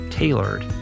tailored